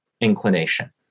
inclination